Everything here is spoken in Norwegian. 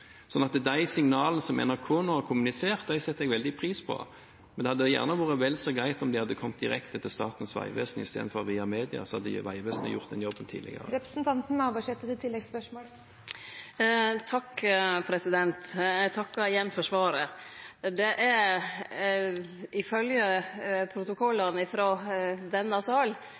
de ikke. Så de signalene som NRK nå har kommunisert, setter jeg veldig pris på. Men det hadde vært vel så greit om de hadde kommet direkte til Statens vegvesen istedenfor via media, så hadde Vegvesenet gjort den jobben tidligere. Eg takkar igjen for svaret. Det er ifølgje protokollane frå denne salen ingen tvil om kva som er